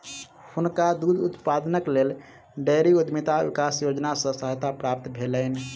हुनका दूध उत्पादनक लेल डेयरी उद्यमिता विकास योजना सॅ सहायता प्राप्त भेलैन